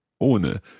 Ohne